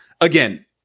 Again